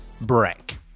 break